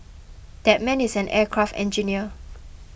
that man is an aircraft engineer